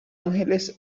ángeles